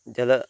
जलं